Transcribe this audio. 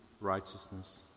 righteousness